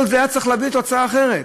כל זה היה צריך להביא לתוצאה אחרת.